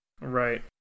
Right